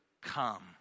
come